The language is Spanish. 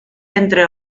entre